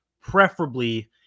preferably